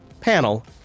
panel